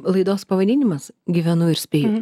laidos pavadinimas gyvenu ir spėju